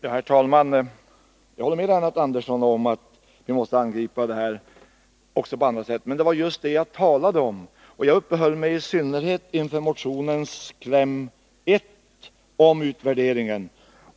Herr talman! Jag håller med Lennart Andersson om att vi måste angripa de här problemen också på andra sätt, och det var just det jag talade om. Jag uppehöll mig i synnerhet vid motionens kläm 1 om utvärderingen.